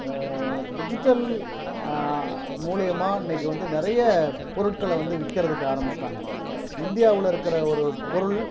digital மூலயமாக இன்றைக்கு வந்து நிறைய பொருட்களை வந்து விற்கறதுக்கு ஆரம்பிச்சிட்டாங்க இந்தியாவில் இருக்கிற ஒரு பொருள்